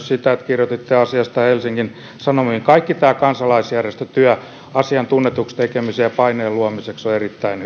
sitä että kirjoititte asiasta helsingin sanomiin kaikki tämä kansalaisjärjestötyö asian tunnetuksi tekemiseksi ja paineen luomiseksi on erittäin